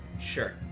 Sure